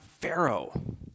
Pharaoh